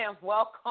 Welcome